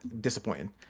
disappointing